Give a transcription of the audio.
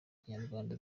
kinyarwanda